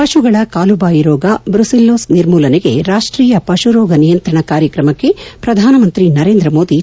ಪಶುಗಳ ಕಾಲುಬಾಯಿ ರೋಗ ಬ್ರುಸಿಲ್ಲೋಸ್ ನಿರ್ಮೂಲನೆಗೆ ರಾಷ್ಟೀಯ ಪಶುರೋಗ ನಿಯಂತ್ರಣ ಕಾರ್ಯಕ್ರಮಕ್ಕೆ ಪ್ರಧಾನ ಮಂತ್ರಿ ನರೇಂದ್ರ ಮೋದಿ ಚಾಲನೆ